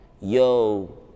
yo